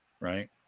right